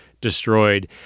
destroyed